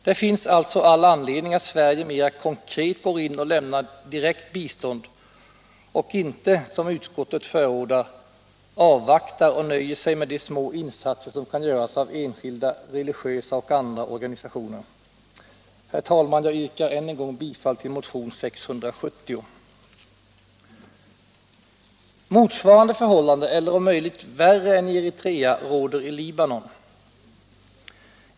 Det finns alltså all anledning att Sverige mera konkret går in och lämnar direkt bistånd och inte, som utskottet förordar, avvaktar och nöjer sig med de små insatser som kan göras av enskilda, religiösa och andra organisationer. Herr talman! Jag yrkar än en gång bifall till motionen 670. Motsvarande förhållanden eller, om möjligt, värre än i Eritrea råder i Libanon.